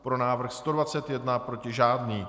Pro návrh 121, proti žádný.